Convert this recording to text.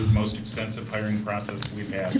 most extensive hiring process